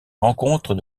rencontres